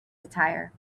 attire